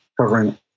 covering